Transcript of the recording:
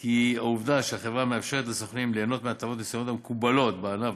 כי העובדה שהחברה מאפשרת לסוכנים ליהנות מהטבות מסוימות המקובלות בענף,